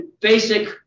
basic